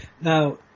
Now